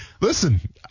listen